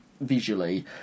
visually